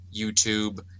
YouTube